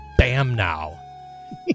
Bamnow